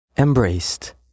Embraced